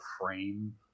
frame